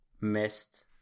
missed